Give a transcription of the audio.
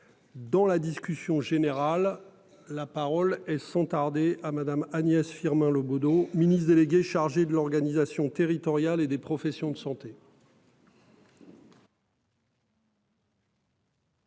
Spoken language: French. Dans la discussion générale la parole et sans tarder à Madame Agnès Firmin Le Bodo, ministre délégué chargé de l'organisation territoriale et des professions de santé.